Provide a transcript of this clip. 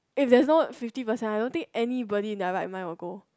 if there's no fifty percent I don't think anybody in their right mind will go